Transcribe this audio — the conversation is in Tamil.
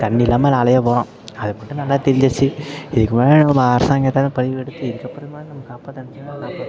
தண்ணி இல்லாமல் எல்லாம் அலைய போகிறோம் அது மட்டும் நல்லா தெரிஞ்சிருச்சு இதுக்கு மேலே நம்ம அரசாங்கம் எதாவது பதிவு எடுத்து இதுக்கு அப்புறமாவது நம்மள காப்பாற்ற நினச்சிதுனா காப்பாற்றலாம்